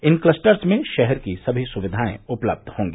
इन clusters में शहर की समी सुक्धिाए उपलब्ध होंगी